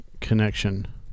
connection